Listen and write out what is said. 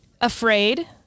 afraid